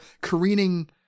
careening